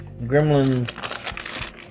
Gremlin